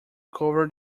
cover